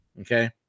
Okay